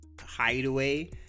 hideaway